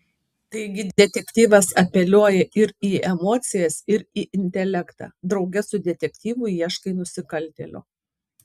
taigi detektyvas apeliuoja ir į emocijas ir į intelektą drauge su detektyvu ieškai nusikaltėlio